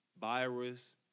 virus